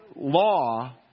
law